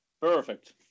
perfect